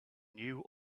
knew